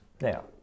Now